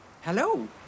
Hello